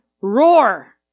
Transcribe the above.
roar